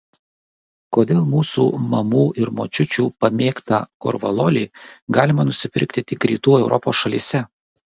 kodėl mūsų mamų ir močiučių pamėgtą korvalolį galima nusipirkti tik rytų europos šalyse